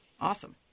Awesome